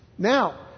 Now